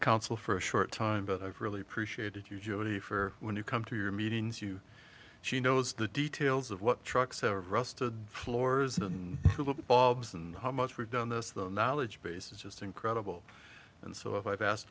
council for a short time but i've really appreciated you jody for when you come to your meetings you she knows the details of what trucks have rusted floors and bobs and how much we've done this the knowledge base is just incredible and so i've ask